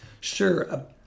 Sure